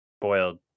boiled